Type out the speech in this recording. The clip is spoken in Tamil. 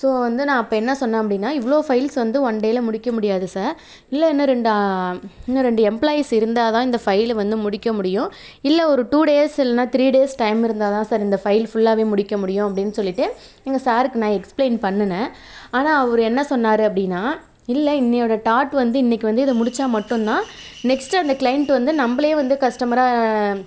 ஸோ வந்து அப்போ நா என்ன சொன்னேன் அப்படினா இவ்வளோ ஃபைல்ஸ் வந்து ஒன் டேயில் முடிக்க முடியாது சார் இல்லை இன்னும் இன்னும் ரெண்டு எம்பலாய்ஸ் இருந்தால்தான் இந்த ஃபைல் வந்து வந்து முடிக்க முடியும் இல்லை ஒரு டூ டேஸ் இல்லைனா த்ரி டேஸ் டைம் இருந்தால்தான் சார் இந்த ஃபைல் ஃபுல்லாகவே முடிக்க முடியும் எங்கள் சார்க்கு எஸ்பிலையின் பண்ணினேன் ஆனால் அவர் என்ன சொன்னாரு அப்டினா இல்லை இன்றையோட டாட் வந்து இன்றைக்கு வந்து இதை முடித்தா மட்டும்தான் நெக்ஸ்ட் அந்த க்லையன்ட் வந்து நம்மளேயே கஸ்டமராக